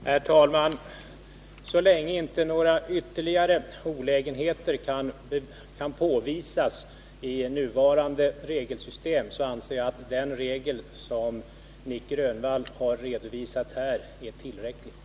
Herr talman! Jag beklagar naturligtvis att justitieministern har den här inställningen. För mig återstår under sådana förhållanden endast att använda de medel som en riksdagsman har för att få frågan ytterligare belyst och behandlad här i riksdagen, och det kommer jag också att göra.